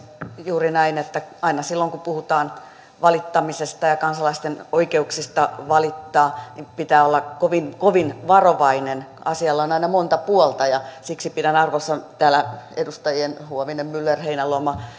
juuri näin että aina silloin kun puhutaan valittamisesta ja kansalaisten oikeuksista valittaa pitää olla kovin kovin varovainen asialla on aina monta puolta ja siksi pidän arvossa edustajien huovinen myller ja heinäluoma